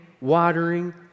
watering